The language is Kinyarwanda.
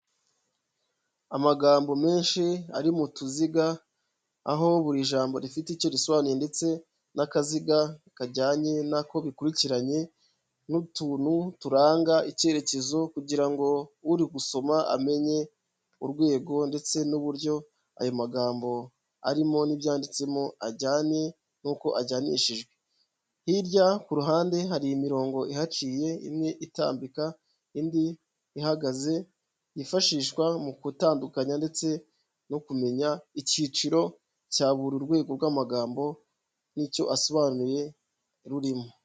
Amagambo menshi ari mu tuziga aho buri jambo rifite icyo risobanuye ndetse n'akaziga kajyanye nako bikurikiranye n'utuntu turanga icyerekezo kugira ngo uri gusoma amenye urwego ndetse n'uburyo ayo magambo arimo n'ibyanditsemo ajyane n'uko ajyanishijwe, hirya ku ruhande hari imirongo ihaciye imwe itambika indi ihagaze yifashishwa mu gutandukanya ndetse no kumenya icyiciro cya buri rwego rw'amagambo n'icyo asobanuye rurimo.